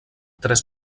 tres